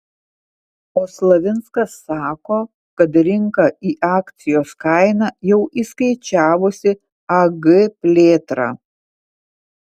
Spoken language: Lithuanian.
o slavinskas sako kad rinka į akcijos kainą jau įskaičiavusi ag plėtrą